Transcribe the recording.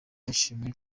yishimira